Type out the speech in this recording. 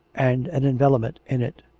and an envelopment in it,